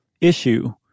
issue